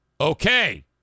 okay